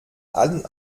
allen